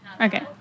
Okay